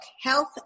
health